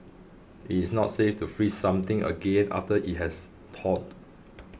it is not safe to freeze something again after it has thawed